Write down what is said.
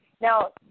Now